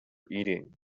eating